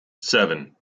seven